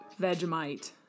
Vegemite